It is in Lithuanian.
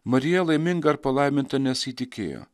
marija laiminga ir palaiminta nes įtikėjo